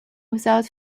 without